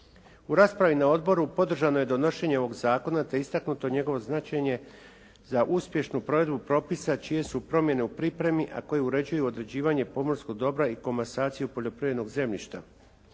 U raspravi na odboru podržano je donošenje ovog zakona, te istaknuto njegovo značenje za uspješnu provedbu propisa čije su promjene u pripremi, a koje uređuju određivanje pomorskog dobra i komasaciju poljoprivrednog zemljišta.